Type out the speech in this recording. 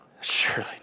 Surely